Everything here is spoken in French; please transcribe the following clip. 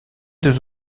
des